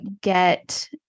get